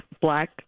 black